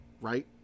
right